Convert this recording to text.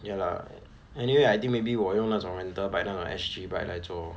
ya lah anyway I think maybe 我用那种 rental bike 那种 S_G bike 来做